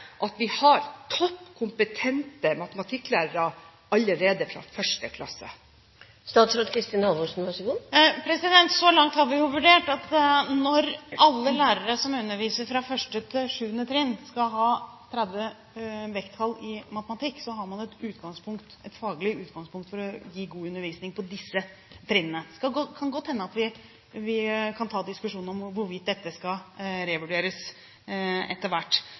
at vi har topp kompetente matematikklærere allerede fra 1. klasse? Så langt har vi vurdert det slik at når alle lærere som underviser fra 1. til 7. trinn, skal ha 30 vekttall i matematikk, har man et faglig utgangspunkt for å gi god undervisning på disse trinnene. Det kan godt hende at vi kan ta diskusjonen om hvorvidt dette skal revurderes etter hvert.